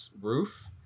roof